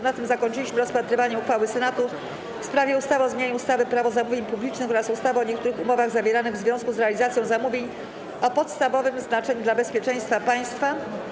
Na tym zakończyliśmy rozpatrywanie uchwały Senatu w sprawie ustawy o zmianie ustawy - Prawo zamówień publicznych oraz ustawy o niektórych umowach zawieranych w związku z realizacją zamówień o podstawowym znaczeniu dla bezpieczeństwa państwa.